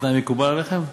התנאי מקובל עליכן?